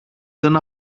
δεν